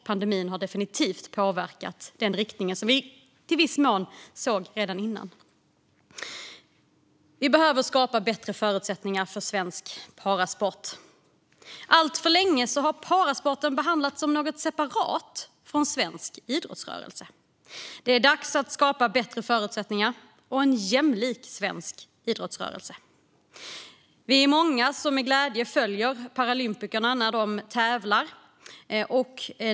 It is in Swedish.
Pandemin har definitivt påverkat riktningen, något som vi i viss mån såg redan innan. Vi behöver skapa bättre förutsättningar för svensk parasport. Alltför länge har parasporten behandlats som något separat från svensk idrottsrörelse. Det är dags att skapa bättre förutsättningar och en jämlik svensk idrottsrörelse. Vi är många som med glädje följer paralympikerna när de tävlar.